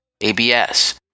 ABS